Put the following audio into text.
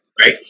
right